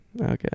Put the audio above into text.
Okay